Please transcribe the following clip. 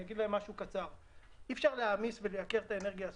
אגיד להם משהו קצר: אי אפשר להעמיס ולייקר את האנרגיה הסולארית.